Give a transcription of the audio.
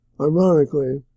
Ironically